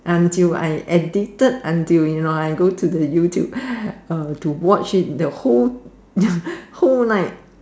until I addicted until you know I go to the YouTube uh to watch it the whole whole night